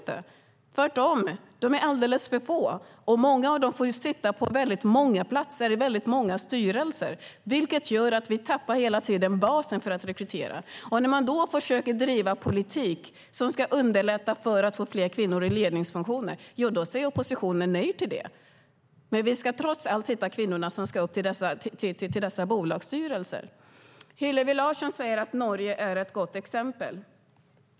Tvärtom är de alldeles för få, och många av dem får sitta på många platser i många styrelser, vilket gör att vi hela tiden tappar basen för att rekrytera. När man då försöker driva politik som ska underlätta för att få fler kvinnor i ledningsfunktioner säger oppositionen nej till det. Vi ska trots allt hitta kvinnorna som ska upp till dessa bolagsstyrelser. Hillevi Larsson säger att Norge är ett gott exempel.